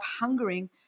hungering